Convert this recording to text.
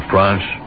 France